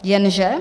Jenže